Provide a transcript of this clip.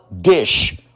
dish